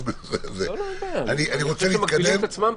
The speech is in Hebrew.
אין בעיה, אני חושב שהם מגבילים את עצמם.